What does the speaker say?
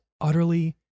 utterly